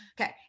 okay